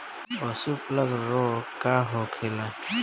पशु प्लग रोग का होखेला?